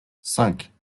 cinq